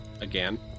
again